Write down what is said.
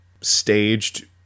staged